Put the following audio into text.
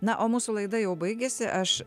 na o mūsų laida jau baigėsi aš